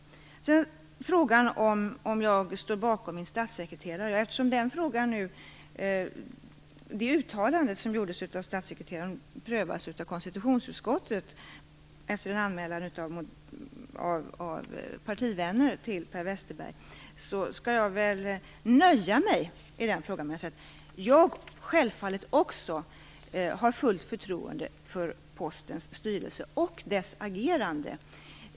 Frågan ställdes om jag står bakom min statssekreterare. Eftersom det uttalande som gjorts av statssekreteraren, efter en anmälan av partivänner till Per Westerberg, nu prövas av konstitutionsutskottet nöjer jag mig med att i den frågan säga att jag också självfallet har fullt förtroende för Postens styrelse och dess agerande.